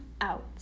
out